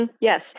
Yes